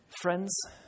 Friends